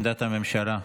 עמדת הממשלה.